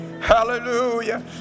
Hallelujah